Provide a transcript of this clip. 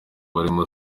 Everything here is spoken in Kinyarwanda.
barimo